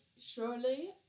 surely